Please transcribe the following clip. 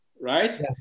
right